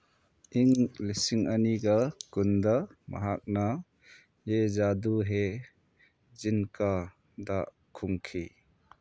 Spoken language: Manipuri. ꯏꯪ ꯂꯤꯁꯤꯡ ꯑꯅꯤꯒ ꯀꯨꯟꯗ ꯃꯍꯥꯛꯅ ꯌꯦ ꯖꯥꯗꯨ ꯍꯦ ꯖꯤꯟꯀꯥꯗ ꯀꯨꯝꯈꯤ